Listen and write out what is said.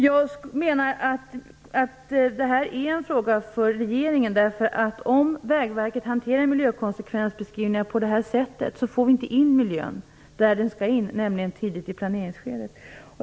Jag menar att det här är en fråga för regeringen. Om Vägverket hanterar miljökonsekvensbeskrivningar på det här sättet får vi inte in miljöaspekterna där de skall in, nämligen tidigt i planeringsskedet.